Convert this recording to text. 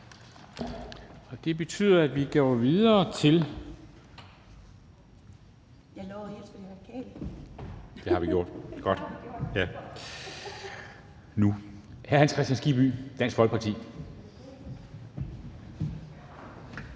Det betyder, at vi går videre til hr. Hans Kristian Skibby, Dansk Folkeparti.